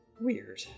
weird